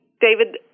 David